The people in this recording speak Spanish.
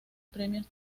premios